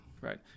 Right